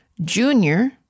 junior